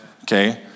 Okay